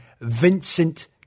Vincent